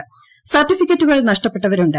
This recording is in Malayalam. ൃസ്ർട്ടി്ഫിക്കറ്റുകൾ നഷ്ടപ്പെട്ടവരുണ്ട്